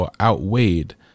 outweighed